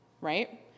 right